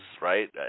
Right